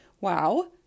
wow